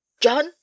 John